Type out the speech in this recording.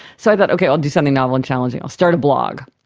so i thought, okay, i'll do something novel and challenging, i'll start a blog.